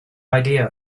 idea